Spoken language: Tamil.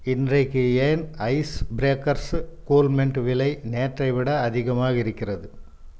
இன்றைக்கு ஏன் ஐஸ் பிரேக்கர்ஸ் கூல் மின்ட் விலை நேற்றை விட அதிகமாக இருக்கிறது